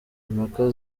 impaka